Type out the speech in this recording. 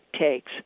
takes